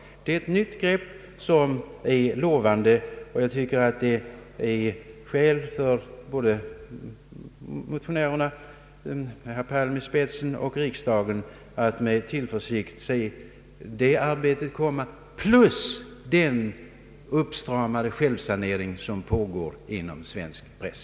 Det är ett nytt grepp som är lovande, och det finns skäl för både motionärerna, med herr Palm i spetsen, och riksdagen att med tillförsikt se det arbetet an, plus den uppstramade självsanering som pågår inom svensk press.